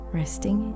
resting